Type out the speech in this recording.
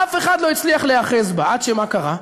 אף אחד לא הצליח להיאחז בה, עד שמה קרה?